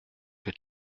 que